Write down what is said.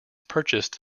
purchased